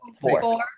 four